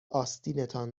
آستینتان